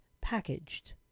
packaged